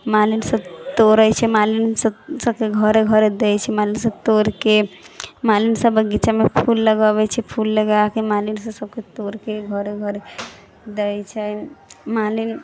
मालिन सब तोड़ै छै मालिन सबके घरे घर दै छै मालिन सब तोड़के मालिन सब बगीचामे फूल लगबै छै फूल लगाके मालिन सब सबकेँ तोड़के घरे घर दै छै मालिन